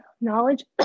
knowledge